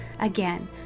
Again